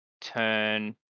turn